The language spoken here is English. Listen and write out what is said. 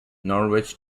norwich